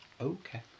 Okay